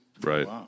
Right